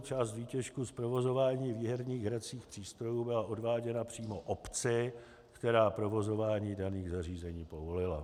Část výtěžku z provozování výherních hracích přístrojů byla odváděna přímo obci, která provozování daných zařízení povolila.